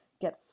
get